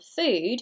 food